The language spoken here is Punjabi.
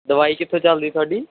ਦਵਾਈ ਕਿੱਥੋਂ ਚੱਲਦੀ ਤੁਹਾਡੀ